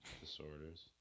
disorders